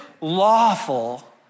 lawful